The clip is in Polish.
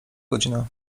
godzina